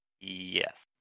Yes